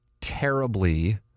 terribly